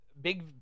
Big